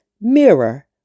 mirror